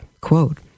Quote